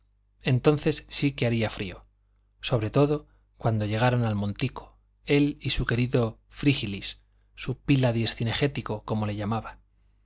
entonces sí que haría frío sobre todo cuando llegaran al montico él y su querido frígilis su pílades cinegético como le llamaba